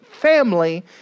family